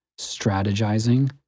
strategizing